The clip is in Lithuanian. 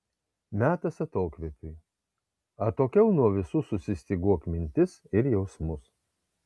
metas atokvėpiui atokiau nuo visų susistyguok mintis ir jausmus